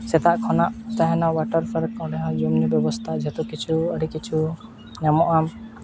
ᱥᱮᱛᱟᱜ ᱠᱷᱚᱱᱟᱜ ᱛᱟᱦᱮᱱᱟ ᱚᱣᱟᱴᱟᱨ ᱯᱟᱨᱠ ᱚᱸᱰᱮ ᱦᱚᱸ ᱡᱚᱢᱼᱧᱩ ᱵᱮᱵᱚᱥᱛᱷᱟ ᱟᱹᱰᱤ ᱠᱤᱪᱷᱩ ᱧᱟᱢᱜᱼᱟ